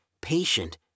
patient